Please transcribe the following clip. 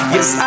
Yes